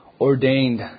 ordained